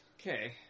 Okay